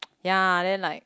ya then like